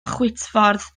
chwitffordd